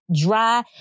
dry